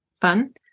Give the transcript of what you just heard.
fun